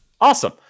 Awesome